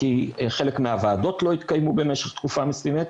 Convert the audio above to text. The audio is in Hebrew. כי חלק מהוועדות לא התקיימו במשך תקופה מסוימת.